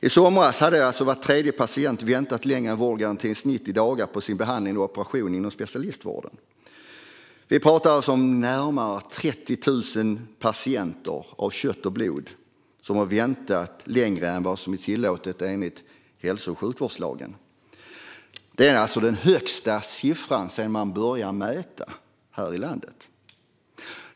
I somras hade var tredje patient väntat längre än vårdgarantins 90 dagar på sin behandling eller operation inom specialistvården. Vi pratar alltså om närmare 130 000 patienter av kött och blod som har väntat längre än vad som är tillåtet enligt hälso och sjukvårdslagen. Detta är den högsta siffran sedan man började mäta köerna här i landet.